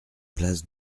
place